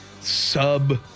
sub